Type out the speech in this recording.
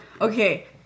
Okay